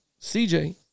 CJ